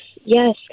Yes